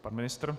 Pan ministr?